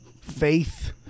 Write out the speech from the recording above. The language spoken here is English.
Faith